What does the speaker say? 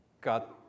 got